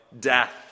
death